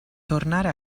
tornare